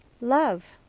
Love